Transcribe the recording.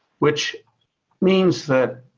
which means that